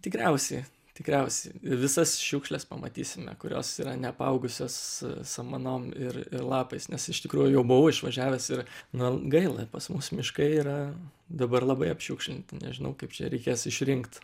tikriausiai tikriausiai visas šiukšles pamatysime kurios yra ne apaugusios samanom ir lapais nes iš tikrųjų jau buvau išvažiavęs ir na gaila pas mus miškai yra dabar labai apšiukšlinti nežinau kaip čia reikės išrinkt